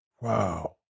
Wow